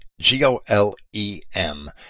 g-o-l-e-m